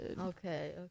okay